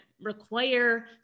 require